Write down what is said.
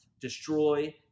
Destroy